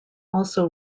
also